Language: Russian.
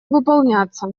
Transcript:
выполняться